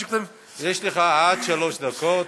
יש לך עד שלוש דקות.